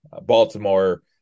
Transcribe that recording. Baltimore